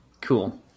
Cool